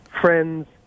friends